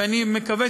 ואני מקווה,